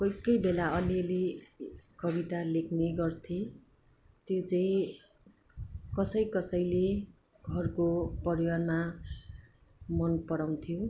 कोही कोही बेला अलिअलि कविता लेख्ने गर्थेँ त्यो चाहिँ कसै कसैले घरको परिवारमा मन पराउँथ्यो